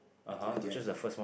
at the at the end